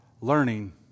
learning